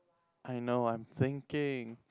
I know I'm thinking